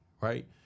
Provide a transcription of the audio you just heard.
right